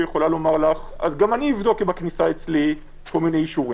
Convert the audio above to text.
שיכולה לומר לך: גם אני אבדוק בכניסה אצלי כל מיני אישורים.